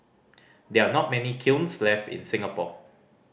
there are not many kilns left in Singapore